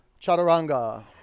Chaturanga